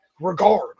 regard